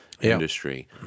industry